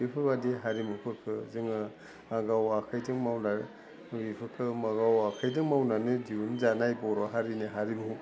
बेफोरबादि हारिमुफोरखौ जोङो गाव आखाइथिं मावनाय आखाइजों मावनानै दिहुनजानाय बर' हारिनि हारिमु